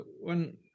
one